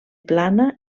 plana